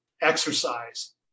exercise